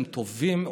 הם טובים,